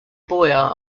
boyar